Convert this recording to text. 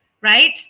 right